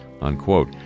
unquote